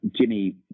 Jimmy